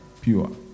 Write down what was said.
pure